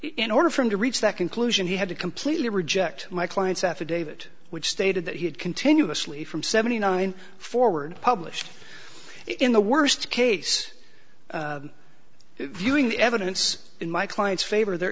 in order for him to reach that conclusion he had to completely reject my client's affidavit which stated that he had continuously from seventy nine forward published in the worst case viewing the evidence in my client's favor there